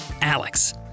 Alex